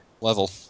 level